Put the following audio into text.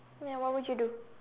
ya what would you do